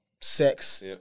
sex